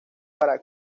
para